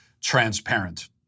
transparent